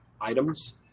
items